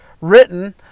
written